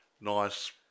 nice